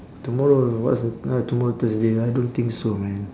tomorrow what's the uh tomorrow thursday I don't think so man